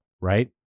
right